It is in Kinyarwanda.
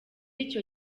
icyo